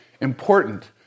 important